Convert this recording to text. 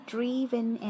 Driven